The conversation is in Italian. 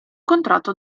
contratto